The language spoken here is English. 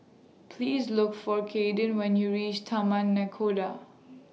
Please Look For Caiden when YOU REACH Taman Nakhoda